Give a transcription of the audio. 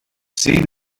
seen